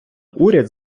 уряд